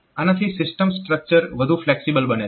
આનાથી system structure વધુ flexible બને છે